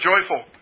joyful